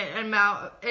amount